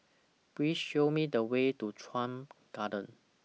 Please Show Me The Way to Chuan Garden